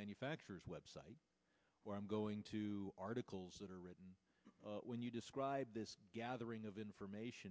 manufacturer's website where i'm going to articles that are written when you describe this gathering of information